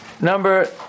Number